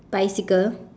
bicycle